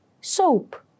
Soap